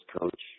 coach